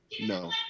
No